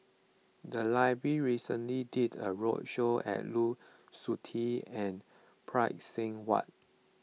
the library recently did a roadshow on Lu Suitin and Phay Seng Whatt